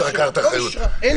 השורה תחתונה, אין אישור.